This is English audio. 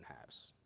house